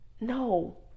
No